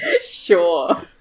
Sure